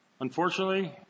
Unfortunately